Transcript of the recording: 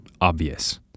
obvious